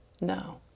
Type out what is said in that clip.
No